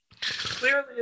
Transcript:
clearly